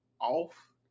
off